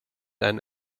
and